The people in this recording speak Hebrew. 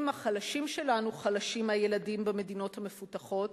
החלשים שלנו חלשים מהילדים במדינות המפותחות,